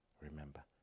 remember